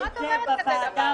או שהם יפחדו,